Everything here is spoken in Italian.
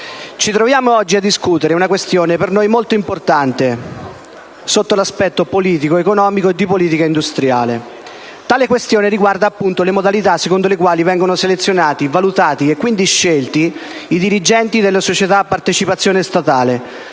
ci troviamo oggi a discutere una questione per noi molto importante sotto l'aspetto politico, economico e di politica industriale. Tale questione riguarda, appunto, le modalità secondo le quali vengono selezionati, valutati e quindi scelti i dirigenti delle società a partecipazione statale,